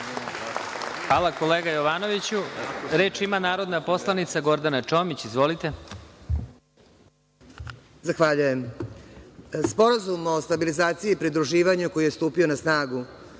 Hvala, kolega Jovanoviću. Reč ima narodna poslanica Gordana Čomić. Izvolite. **Gordana Čomić** Zahvaljujem. Sporazum o stabilizaciji i pridruživanju, koji je stupio na snagu